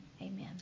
amen